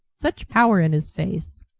such power in his face!